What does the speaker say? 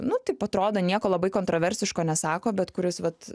nu taip atrodo nieko labai kontroversiško nesako bet kuris vat